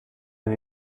and